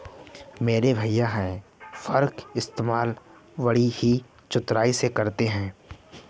मेरे भैया हे फार्क इस्तेमाल बड़ी ही चतुराई से करते हैं